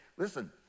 Listen